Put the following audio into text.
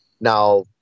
Now